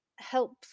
Help